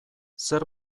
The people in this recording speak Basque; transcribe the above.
zer